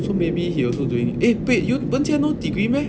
so maybe he also doing eh 对 wenjie no degree meh